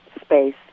space